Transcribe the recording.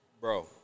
Bro